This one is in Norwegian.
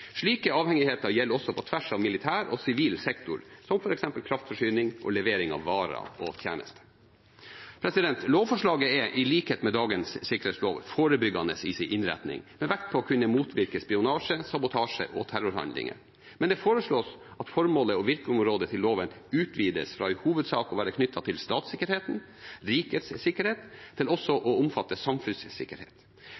Slike avhengigheter gjelder også på tvers av militær og sivil sektor, som f.eks. kraftforsyning og levering av varer og tjenester. Lovforslaget er i likhet med dagens sikkerhetslov forebyggende i sin innretning, med vekt på å kunne motvirke spionasje, sabotasje og terrorhandlinger. Men det foreslås at formålet og virkeområdet til loven utvides fra i hovedsak å være knyttet til statssikkerheten – rikets sikkerhet – til også